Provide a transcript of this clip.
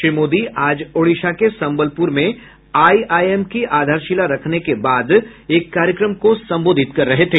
श्री मोदी आज ओडिशा के संबलपुर में आईआईएम की आधारशिला रखने के बाद एक कार्यक्रम को संबोधित कर रहे थे